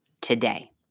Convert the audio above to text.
today